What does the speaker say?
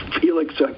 Felix